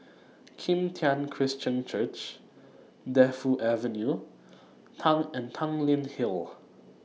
Kim Tian Christian Church Defu Avenue and Tanglin Hill